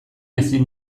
ezin